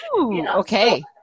Okay